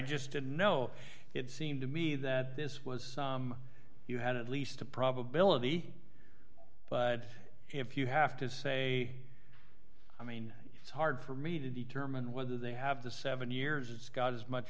just didn't know it seemed to me that this was some you had at least a probability but if you have to say i mean it's hard for me to determine whether they have the seven years it's got as much